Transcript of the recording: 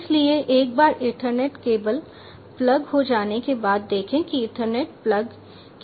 इसलिए एक बार ईथरनेट केबल प्लग हो जाने के बाद देखें कि यह ईथरनेट प्लग किया गया है